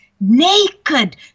Naked